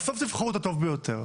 בסוף תבחרו את הטוב ביותר,